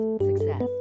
Success